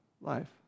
life